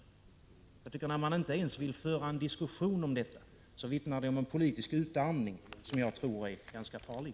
Det faktum att man inte ens vill föra en diskussion om detta vittnar om en politisk utarmning som jag tror är ganska farlig.